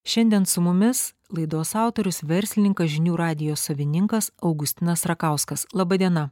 šiandien su mumis laidos autorius verslininkas žinių radijo savininkas augustinas rakauskas laba diena